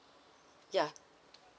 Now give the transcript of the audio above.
ya